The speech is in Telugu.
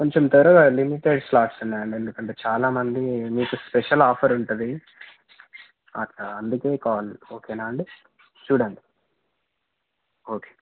కొంచెం త్వరగ లిమిటెడ్ స్లాట్స్ ఉన్నాయండి ఎందుకంటే చాలామంది మీకు స్పెషల్ ఆఫర్ ఉంటుంది అ అందుకే కాల్ ఓకేనా అండి చూడండి ఓకే